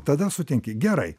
tada sutinki gerai